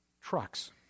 trucks